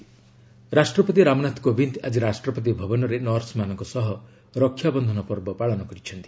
ପ୍ରେଜ୍ ରକ୍ଷାବନ୍ଧନ ରାଷ୍ଟ୍ରପତି ରାମନାଥ କୋବିନ୍ଦ ଆଜି ରାଷ୍ଟ୍ରପତି ଭବନରେ ନର୍ସମାନଙ୍କ ସହ ରକ୍ଷାବନ୍ଧନ ପର୍ବ ପାଳନ କରିଛନ୍ତି